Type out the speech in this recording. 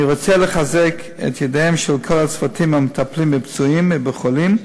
אני רוצה לחזק את ידיהם של כל הצוותים המטפלים בפצועים ובחולים,